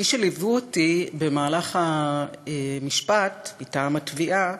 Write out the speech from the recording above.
מי שליוו אותי במהלך המשפט מטעם התביעה